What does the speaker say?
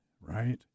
right